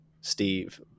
Steve